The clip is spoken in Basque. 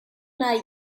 nahi